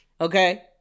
okay